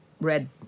red